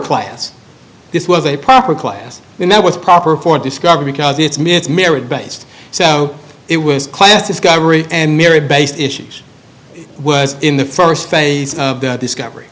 class this was a proper class and that was proper for discovery because it's mits merit based so it was class discovery and mary based issues was in the first phase of the discovery